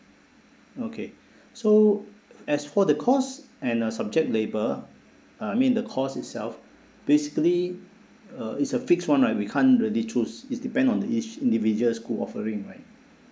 okay so as for the course and uh subject label uh I mean the course itself basically uh it's a fixed one right we can't really choose it's depend on each individual school offering right